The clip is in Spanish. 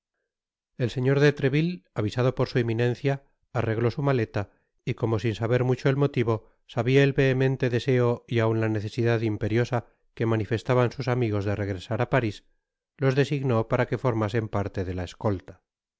el señor de treville avisado por su eminencia arregló su maleta y como sin saber mucho el motivo sabia el vehemente deseo y aun la necesidad imperiosa que manifestaban sus amigos de regresar á parís los designó para que formasen parte de laescolta